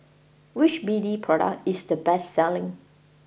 which B D product is the best selling